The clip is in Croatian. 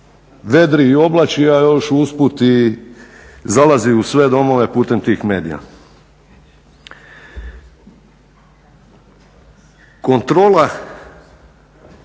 vedri i oblači, a još usput i zalazi u sve domove putem tih medija. Kontrola